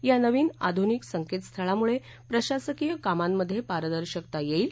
या नवीन आधुनिक संकेतस्थळामुळे प्रशासकीय कामांमधे पारदर्शकता येईल